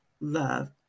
love